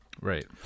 Right